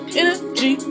energy